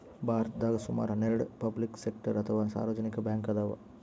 ಭಾರತದಾಗ್ ಸುಮಾರ್ ಹನ್ನೆರಡ್ ಪಬ್ಲಿಕ್ ಸೆಕ್ಟರ್ ಅಥವಾ ಸಾರ್ವಜನಿಕ್ ಬ್ಯಾಂಕ್ ಅದಾವ್